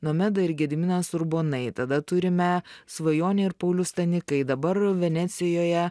nomeda ir gediminas urbonai tada turime svajonė ir paulius stanikai dabar venecijoje